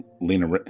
Lena